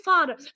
Father